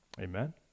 amen